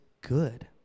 good